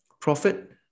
profit